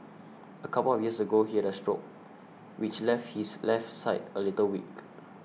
a couple of years ago he had a stroke which left his left side a little weak